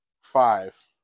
five